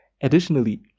Additionally